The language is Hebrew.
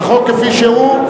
הוועדה הייעודית